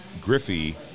Griffey